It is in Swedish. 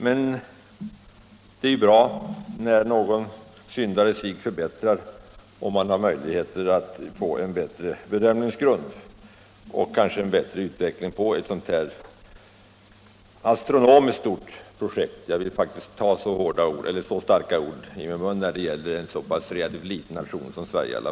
Men det är ju bra när någon syndare sig förbättrar och när man har möjlighet att få en bättre bedömningsgrund och kanske en bättre utveckling på ett sådant här astronomiskt stort projekt — jag vill faktiskt ta detta starka ord i min mun när det gäller en så liten nation som Sverige.